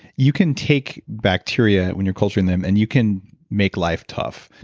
you can take bacteria when you're culturing them, and you can make life tough.